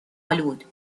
آلود